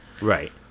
right